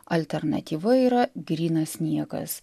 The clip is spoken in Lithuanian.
alternatyva yra grynas niekas